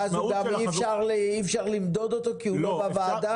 ואז גם אי אפשר למדוד אותו כי הוא לא בוועדה?